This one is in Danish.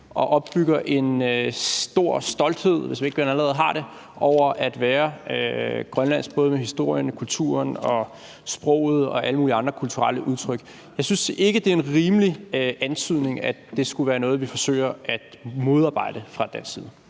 og opbygger en stor stolthed, hvis man ikke allerede har det, over at være grønlandsk, både med hensyn til historien, kulturen, sproget og alle mulige andre kulturelle udtryk. Jeg synes ikke, det er en rimelig antydning, at det skulle være noget, vi forsøger at modarbejde fra dansk side.